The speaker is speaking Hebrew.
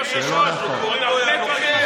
כאילו עכשיו באת מהירח.